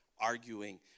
arguing